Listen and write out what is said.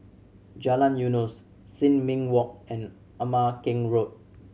Jalan Eunos Sin Ming Walk and Ama Keng Road